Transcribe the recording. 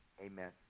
Amen